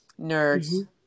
nerds